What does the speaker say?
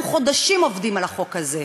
אנחנו חודשים עובדים על החוק הזה.